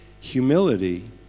humility